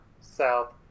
south